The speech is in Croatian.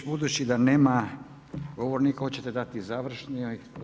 Budući da nema govornika hoćete dati završni?